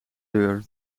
deur